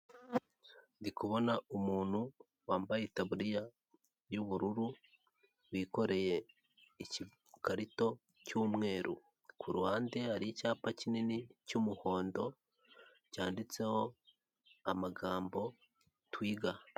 Ndi kubona umuntu wambaye itabuririya y'ubururu wikoreye igikarito cy'umweru, ku ruhande hari icyapa kinini cy'umuhondo cyanditseho amagambo twiga.